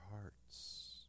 hearts